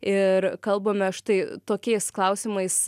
ir kalbame štai tokiais klausimais